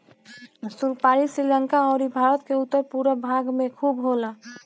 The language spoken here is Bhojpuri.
सुपारी श्रीलंका अउरी भारत के उत्तर पूरब भाग में खूब होला